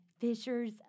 Fishers